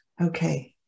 Okay